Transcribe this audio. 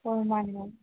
ꯍꯣꯏ ꯃꯥꯟꯅꯤ ꯃꯥꯟꯅꯤ